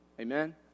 Amen